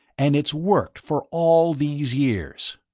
and it's worked for all these years!